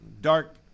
dark